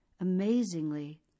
Amazingly